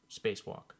spacewalk